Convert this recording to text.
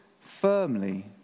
firmly